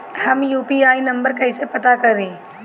हम UPI number कइसे पता करी?